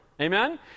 Amen